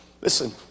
Listen